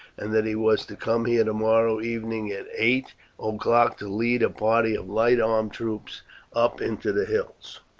and that he was to come here to-morrow evening at eight o'clock to lead a party of light armed troops up into the hills.